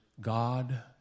God